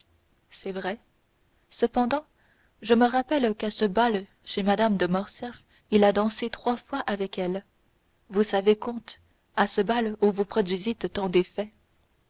c'est vrai cependant je me rappelle qu'à ce bal chez mme de morcerf il a dansé trois fois avec elle vous savez comte à ce bal où vous produisîtes tant d'effet